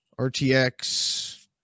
RTX